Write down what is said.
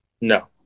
No